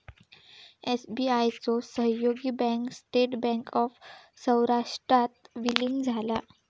SBI चो सहयोगी bank state bank of सौराष्ट्रात विलीन झाला